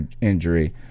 injury